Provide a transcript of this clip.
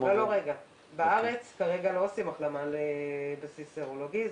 בארץ לא עושים החלמה על בסיס סרולוגי.